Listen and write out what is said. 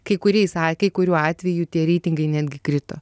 kai kuriais a kai kuriuo atveju tie reitingai netgi krito